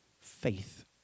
faith